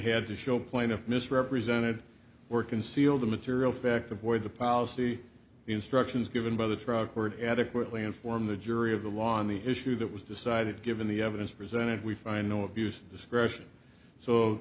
had to show point of misrepresented were concealed a material fact avoid the policy instructions given by the truck were adequately inform the jury of the law on the issue that was decided given the evidence presented we find no abuse discretion so